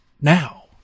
now